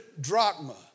drachma